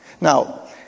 Now